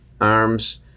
Arms